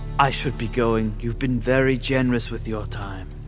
i should be going. you've been very generous with your time.